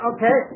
Okay